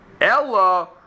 Ella